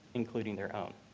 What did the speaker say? including their own